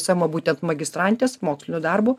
savo būtent magistrantės moksliniu darbu